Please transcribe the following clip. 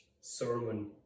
sermon